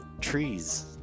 trees